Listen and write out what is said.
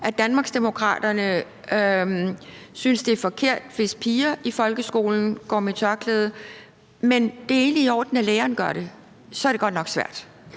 at Danmarksdemokraterne synes, at det er forkert, hvis piger i folkeskolen går med tørklæde, men at det er i orden, hvis læreren gør det. Så er det godt nok svært.